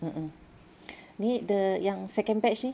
mm mm ni the yang second batch ni